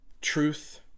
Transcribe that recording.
Truth